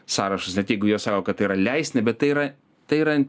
sąrašas net jeigu jie sako kad tai yra leistina bet tai yra tai yra